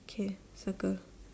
okay circle